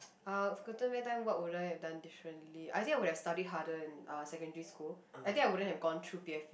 ah if i could turn back time what would I have done differently I think I would have study harder in uh secondary school I think I wouldn't have gone through P_F_E